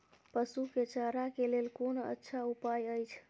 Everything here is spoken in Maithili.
पशु के चारा के लेल कोन अच्छा उपाय अछि?